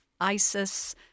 ISIS